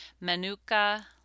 manuka